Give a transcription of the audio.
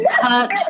cut